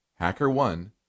HackerOne